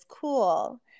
cool